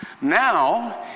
now